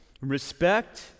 respect